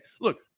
Look